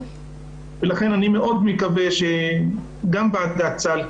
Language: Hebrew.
ולכן אני מאוד מקווה שגם ועדת סל,